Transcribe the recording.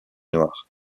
noires